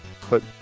put